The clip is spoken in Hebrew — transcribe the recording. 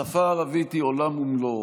השפה הערבית היא עולם ומלואו.